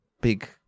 big